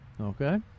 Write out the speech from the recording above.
Okay